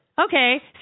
Okay